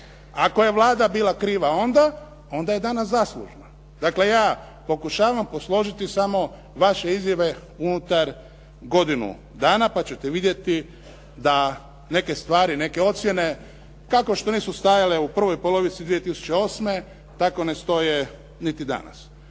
Ako je Vlada bila kriva onda, onda je danas zaslužna. Dakle, ja pokušavam posložiti samo vaše izjave unutar godinu dana pa ćete vidjeti da neke stvari, neke ocjene kako što nisu stajale u prvoj polovici 2008. tako ne stoje niti danas.